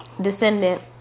descendant